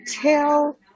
tell